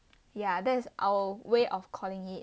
ya that is our way of calling it